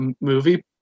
movie